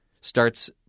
starts